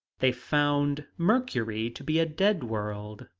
they found mercury to be a dead world,